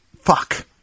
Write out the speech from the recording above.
Fuck